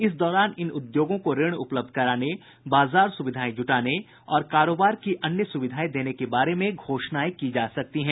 इस दौरान इन उद्योगों को ऋण उपलब्ध कराने बाजार सुविधाएं जुटाने और कारोबार की अन्य सुविधाएं देने के बारे में घोषणाएं की जा सकती हैं